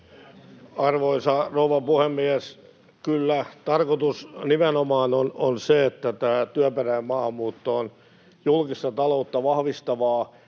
Arvoisa rouva puhemies! Kyllä, tarkoitus on nimenomaan se, että työperäinen maahanmuutto on julkista taloutta vahvistavaa.